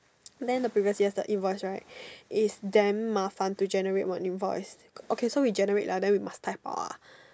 then the previous years the invoice right is damn 麻烦 to generate one invoice okay so we generate ah then we must type out ah